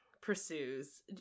pursues